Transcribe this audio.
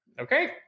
okay